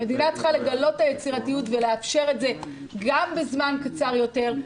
המדינה צריכה לגלות את היצירתיות ולאפשר את זה גם בזמן קצר יותר,